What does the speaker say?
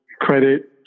credit